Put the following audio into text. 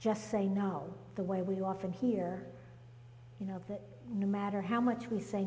just say no the way we often hear you know that no matter how much we say